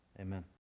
Amen